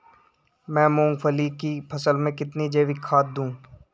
मैं मूंगफली की फसल में कितनी जैविक खाद दूं?